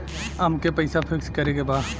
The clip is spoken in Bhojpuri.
अमके पैसा फिक्स करे के बा?